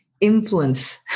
influence